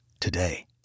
today